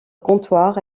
comptoir